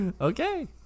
Okay